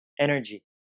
energy